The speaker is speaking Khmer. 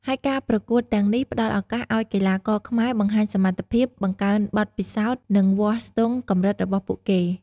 ហើយការប្រកួតទាំងនេះផ្តល់ឱកាសឱ្យកីឡាករខ្មែរបង្ហាញសមត្ថភាព បង្កើនបទពិសោធន៍ និងវាស់ស្ទង់កម្រិតរបស់ពួកគេ។